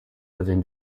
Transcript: within